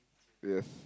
yes